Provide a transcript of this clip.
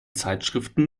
zeitschriften